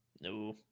No